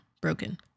Broken